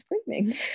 screaming